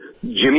Jimmy